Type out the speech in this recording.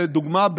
לדוגמה,